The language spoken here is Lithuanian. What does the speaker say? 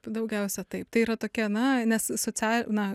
daugiausia taip tai yra tokia na nes socia na